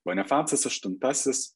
bonifacas aštuntasis